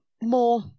more